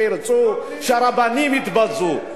שירצו שהרבנים יתבזו.